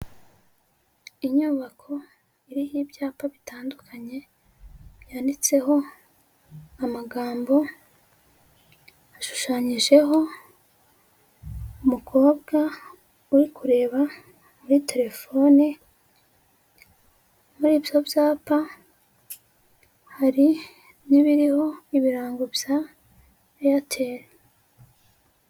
Inyubako iriho ibyapa bitandukanye byanditseho amagambo, hashushanyijeho umukobwa uri kureba muri telefoni muri ibyo byapa hari n'ibiriho ibirango bya Eyateri.